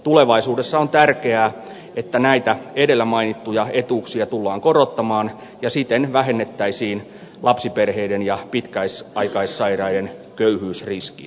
tulevaisuudessa on tärkeää että näitä edellä mainittuja etuuksia tullaan korottamaan ja siten vähennettäisiin lapsiperheiden ja pitkäaikaissairaiden köyhyysriskiä